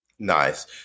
Nice